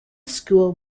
school